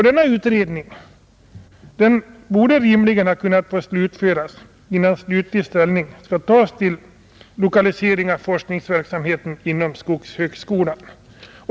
Denna utredning borde rimligen ha kunnat få slutföras innan slutlig ställning tas till lokalisering av forskningsverksamheten inom skogshög skolan.